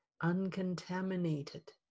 uncontaminated